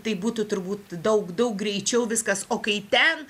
tai būtų turbūt daug daug greičiau viskas o kai ten